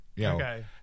Okay